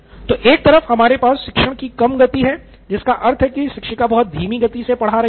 तो एक तरफ हमारे पास शिक्षण की कम गति है जिसका अर्थ है कि शिक्षिका बहुत धीमी गति से पढ़ा रही है